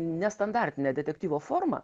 nestandartinę detektyvo formą